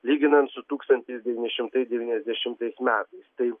lyginant su tūkstantis devyni šimtai devyniasdešimtais metais tai